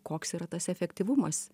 koks yra tas efektyvumas